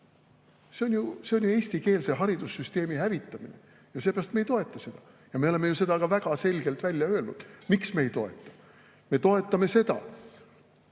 See on ju eestikeelse haridussüsteemi hävitamine ja seepärast me ei toeta seda, ja me oleme ka väga selgelt välja öelnud, miks me ei toeta. Me toetame seda,